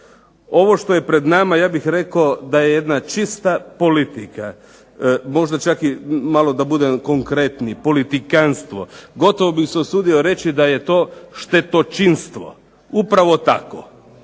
Ovo što je pred nama ja bih rekao da je jedna čista politika. Možda čak malo da budem konkretniji politikanstvo. Gotovo bih se usudio reći da je to štetočinstvo. Upravo tako.